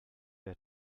der